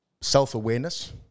self-awareness